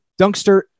Dunkster